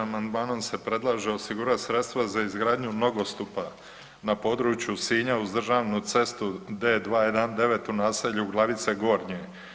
Amandmanom se predlaže osigurati sredstva za izgradnju nogostupa na području Sinja uz državnu cestu D291 u naselju Glavice Gornje.